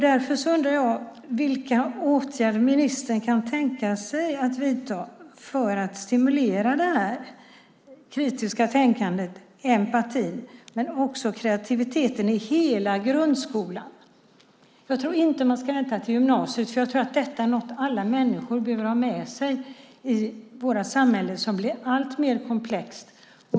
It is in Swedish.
Därför undrar jag vilka åtgärder ministern kan tänka sig att vidta för att stimulera det kritiska tänkandet, empatin, men också kreativiteten i hela grundskolan. Jag tror inte att man ska vänta till gymnasiet, för detta är något alla människor behöver ha med sig i vårt samhälle, som blir alltmer komplext.